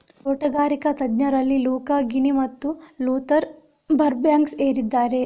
ತೋಟಗಾರಿಕಾ ತಜ್ಞರಲ್ಲಿ Luca Ghini ಮತ್ತು ಲೂಥರ್ ಬರ್ಬ್ಯಾಂಕ್ಸ್ ಏರಿದ್ದಾರೆ